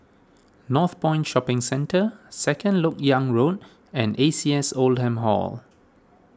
Northpoint Shopping Centre Second Lok Yang Road and A C S Oldham Hall